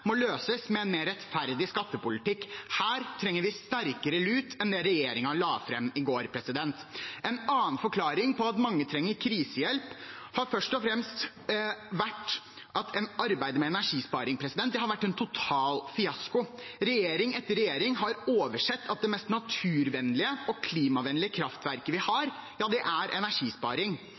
må løses med en mer rettferdig skattepolitikk. Her trenger vi sterkere lut enn det regjeringen la fram i går. En annen forklaring på at mange trenger krisehjelp, har først og fremst vært arbeidet med energisparing. Det har vært en total fiasko. Regjering etter regjering har oversett at det mest naturvennlige og klimavennlige kraftverket vi har, er energisparing.